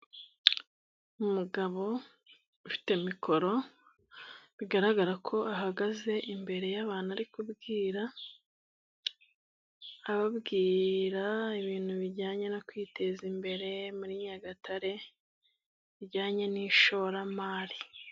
Umugabo ufite mikoro bigaragara ko ahagaze imbere y'abantu ari kubwira, ababwira ibintu bijyanye no kwiteza imbere muri Nyagatare, bijyanye n'ishoramari.